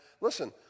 listen